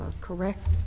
correct